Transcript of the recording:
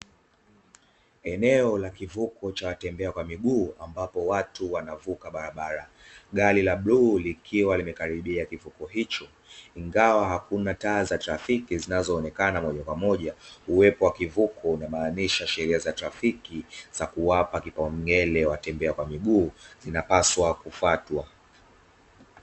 Eneo la kivuko cha watembea kwa miguu ambapo watu wanavuka barabara, gari la bluu likiwa limekaribia kivuko hicho. Ingawa hakuna taa za trafiki zinazoonekana moja kwa moja, uwepo wa kivuko inamaanisha sheria za trafiki za kuwapa kipaumbele watembea kwa miguu zinapaswa kufuatwa.